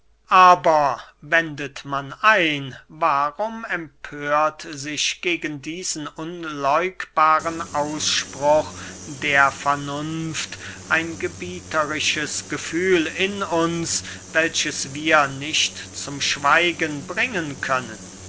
ein warum empört sich gegen diesen unläugbaren ausspruch der vernunft ein gebieterisches gefühl in uns welches wir nicht zum schweigen bringen können